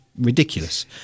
ridiculous